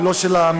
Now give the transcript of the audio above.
ולא של המזמורים,